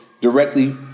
directly